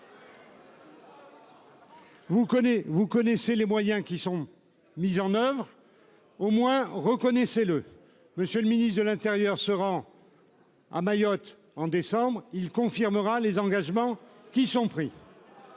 vous connaissez les moyens qui sont mis en oeuvre. Au moins, reconnaissez-le. Monsieur le ministre de l'Intérieur se rend. À Mayotte en décembre il confirmera les engagements qui sont pris.